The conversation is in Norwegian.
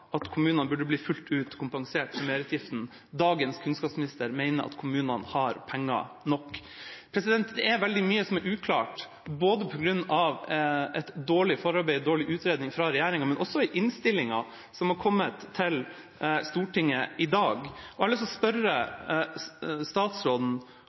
at kommunene burde bli fullt ut kompensert for merutgiften. Dagens kunnskapsminister mener at kommunene har penger nok. Det er veldig mye som er uklart på grunn av et dårlig forarbeid, en dårlig utredning fra regjeringa – men også i innstillingen som er kommet til Stortinget, og som vi behandler i dag. Jeg har lyst til å